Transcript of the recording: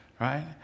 right